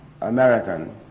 American